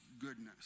goodness